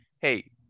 Hey